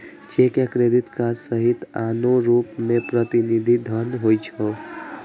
cheque आ credit card सहित आनो रूप मे प्रतिनिधि धन होइ छै